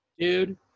Dude